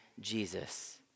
Jesus